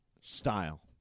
style